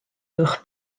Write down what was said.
uwch